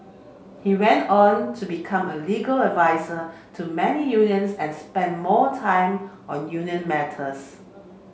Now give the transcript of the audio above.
he went on to become a legal advisor to many unions and spent more time on union matters